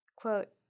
quote